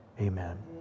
Amen